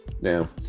Now